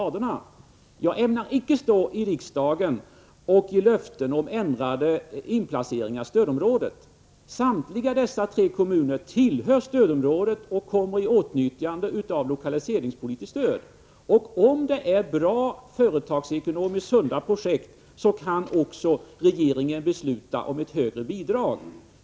Jag ämnar inte stå i riksdagen och avge löften om ändrade inplaceringar i stödområdet. Samtliga de tre aktuella kommunerna tillhör stödområdet och kommer i åtnjutande av lokaliseringspolitiskt stöd. Om det är fråga om bra, företagsekonomiskt sunda projekt kan regeringen också besluta om ett högre bidrag.